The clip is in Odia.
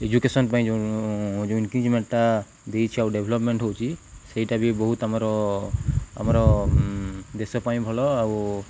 ଏଜୁକେସନ୍ ପାଇଁ ଯେଉଁ ଯେଉଁ ଇନକ୍ରିଜମେଣ୍ଟଟା ଦେଇଛି ଆଉ ଡେଭଲପମେଣ୍ଟ ହେଉଛି ସେଇଟା ବି ବହୁତ ଆମର ଆମର ଦେଶ ପାଇଁ ଭଲ ଆଉ